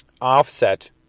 offset